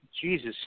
Jesus